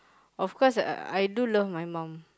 of course I I do love my mum